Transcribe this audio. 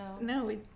No